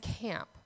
camp